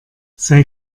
sei